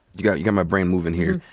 you got you got my brain movin' here.